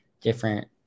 different